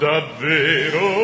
Davvero